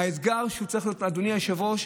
אדוני היושב-ראש,